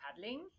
paddling